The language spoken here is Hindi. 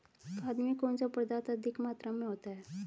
खाद में कौन सा पदार्थ अधिक मात्रा में होता है?